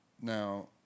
Now